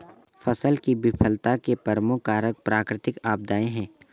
फसल की विफलता के प्रमुख कारक प्राकृतिक आपदाएं हैं